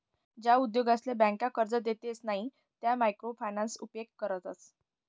ज्या उद्योगसले ब्यांका कर्जे देतसे नयी त्या मायक्रो फायनान्सना उपेग करतस